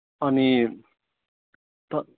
अनि त